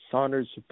Saunders